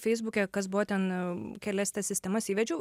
feisbuke kas buvo ten kelias tas sistemas įvedžiau